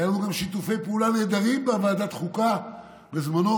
היו לנו גם שיתופי פעולה נהדרים בוועדת חוקה בזמנו,